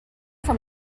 that